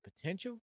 potential